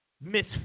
Miss